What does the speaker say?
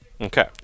Okay